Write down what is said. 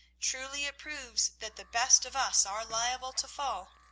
truly it proves that the best of us are liable to fall.